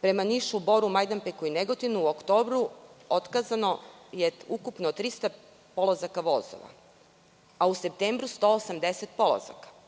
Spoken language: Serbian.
prema Nišu, Boru, Majdanpeku i Negotinu u oktobru otkazano 300 polazaka vozova, a u septembru 180 polazaka.